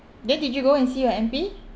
then did you go and see your M_P